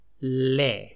le